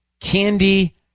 candy